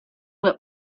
what